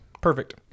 Perfect